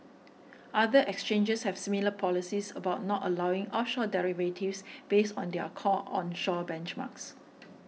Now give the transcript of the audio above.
other exchanges have similar policies about not allowing offshore derivatives based on their core onshore benchmarks